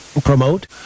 promote